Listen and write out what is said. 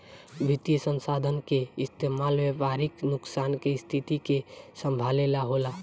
वित्तीय संसाधन के इस्तेमाल व्यापारिक नुकसान के स्थिति के संभाले ला होला